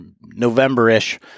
November-ish